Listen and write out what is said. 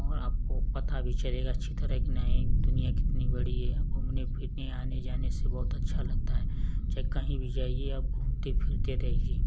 और आपको पता भी चलेगा अच्छी तरह की नहीं दुनिया कितनी बड़ी है घूमने फिरने आने जाने से बहुत अच्छा लगता है चाहे कहीं भी जाइए आप घूमते फिरते रहिए